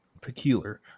Peculiar